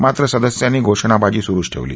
मात्र सदस्यांनी घोषणाबाजी सुरुच ठेवली